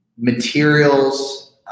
materials